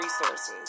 resources